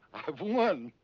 i've won.